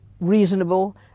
reasonable